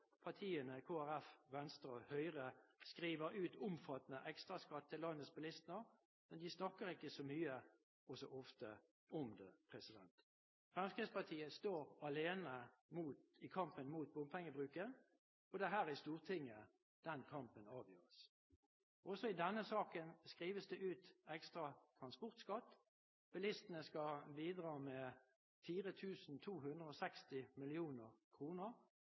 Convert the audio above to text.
partiene Kristelig Folkeparti, Venstre og Høyre skriver ut omfattende ekstraskatt til landets bilister, men de snakker ikke så mye og så ofte om det. Fremskrittspartiet står alene i kampen mot bompengebruken. Det er her i Stortinget den kampen avgjøres. Også i denne saken skrives det ut ekstra transportskatt. Bilistene skal bidra med